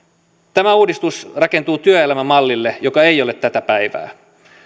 tämä uudistus rakentuu työelämämallille joka ei ole tätä päivää